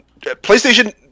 playstation